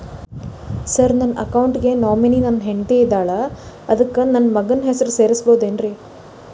Sir ನನ್ನ account ಗೆ nominee ನನ್ನ ಹೆಂಡ್ತಿ ಇದ್ದಾಳ ಅದಕ್ಕ ನನ್ನ ಮಗನ ಹೆಸರು ಸೇರಸಬಹುದೇನ್ರಿ?